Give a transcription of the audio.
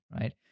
right